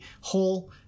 whole